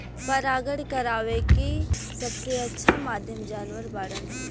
परागण करावेके सबसे अच्छा माध्यम जानवर बाड़न